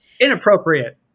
Inappropriate